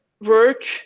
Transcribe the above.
work